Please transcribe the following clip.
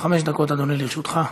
חמש דקות, אדוני, לרשותך.